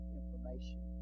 information